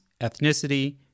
ethnicity